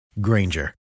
Granger